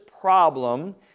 problem